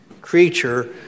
creature